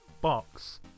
box